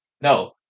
No